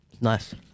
Nice